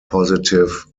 positive